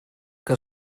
que